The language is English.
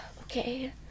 okay